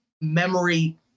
memory